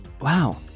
wow